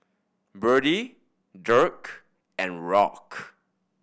Bertie Dirk and Rock